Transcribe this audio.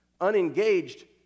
Unengaged